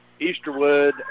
Easterwood